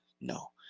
No